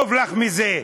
טוב לך מזה.